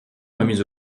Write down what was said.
remise